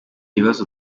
bibazo